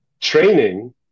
Training